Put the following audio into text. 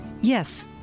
Yes